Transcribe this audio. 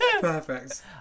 Perfect